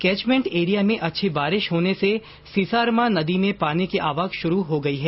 catchment area में अच्छी बारिश होने से सीसारमा नदी में पानी की आवक शुरू हो गई है